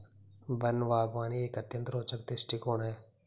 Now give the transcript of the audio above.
one बागवानी एक अत्यंत रोचक दृष्टिकोण है